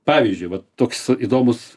pavyzdžiui vat toks įdomus